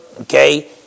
Okay